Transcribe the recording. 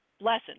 Lesson